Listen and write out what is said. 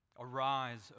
Arise